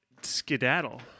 skedaddle